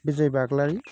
Bijay Baglary